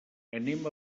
anem